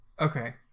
Okay